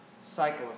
cycle